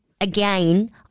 again